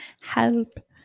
Help